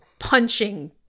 punching